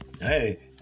Hey